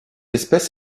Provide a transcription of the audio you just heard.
espèce